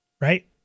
right